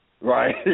right